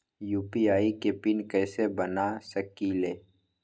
UPI के PIN कैसे बना सकीले?